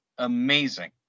amazing